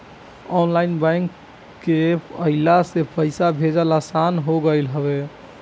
online bank के अइला से पईसा भेजल आसान हो गईल हवे